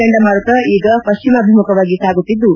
ಚಂಡಮಾರುತ ಈಗ ಪಶ್ಲಿಮಾಭಿಮುಖವಾಗಿ ಸಾಗುತ್ತಿದ್ದು